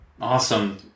Awesome